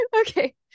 Okay